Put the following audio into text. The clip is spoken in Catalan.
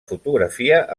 fotografia